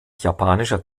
japanischer